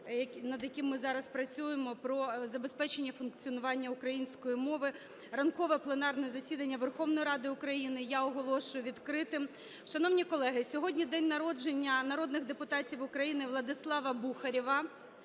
над яким ми зараз працюємо, про забезпечення функціонування української мови. Ранкове пленарне засідання Верховної Ради України я оголошую відкритим. Шановні колеги! Сьогодні день народження народних депутатів України: Владислава Бухарєва.